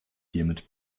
hiermit